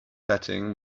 setting